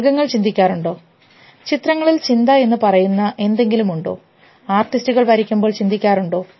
മൃഗങ്ങൾ ചിന്തിക്കാറുണ്ടോ ചിത്രങ്ങളിൽ ചിന്ത എന്ന് പറയുന്ന എന്തെങ്കിലും ഉണ്ടോ ആർട്ടിസ്റ്റുകൾ വരയ്ക്കുമ്പോൾ ചിന്തിക്കാറുണ്ടോ